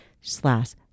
slash